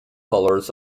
colors